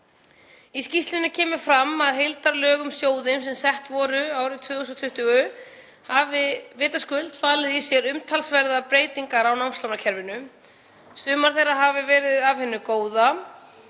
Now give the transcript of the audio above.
Í skýrslunni kemur fram að heildarlög um sjóðinn sem sett voru árið 2020 hafi vitaskuld falið í sér umtalsverðar breytingar á námslánakerfinu. Sumar þeirra hafi verið af hinu góða